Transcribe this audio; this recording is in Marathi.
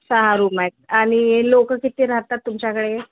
सहा रूम आहेत आणि लोक किती राहतात तुमच्याकडे